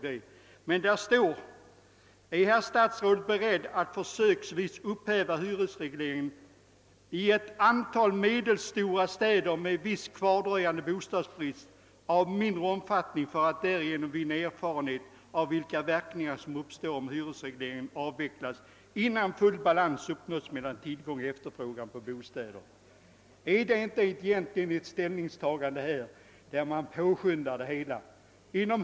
I denna interpellation frågar herr Gustafsson: »Är herr statsrådet beredd att försöksvis upphäva hyresregleringen i ett antal medelstora städer med viss kvardröjande bostadsbrist, av mindre omfattning, för att därigenom vinna erfarenhet av vilka verkningar som uppstår om hyresregleringen avvecklas innan full balans uppnåtts mellan tillgång och efterfrågan på bostäder?» Innebär inte detta ett ställningstagande för att avvecklingen borde påskyndas?